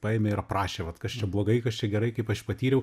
paėmė ir aprašė vat kas čia blogai kas čia gerai kaip aš jį patyriau